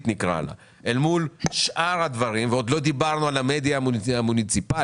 אל מול שאר הדברים ועוד לא דיברנו על המדיה המוניציפלית,